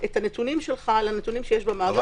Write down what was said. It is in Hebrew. את הנתונים שלך לנתונים שיש במאגר.